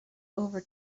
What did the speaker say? over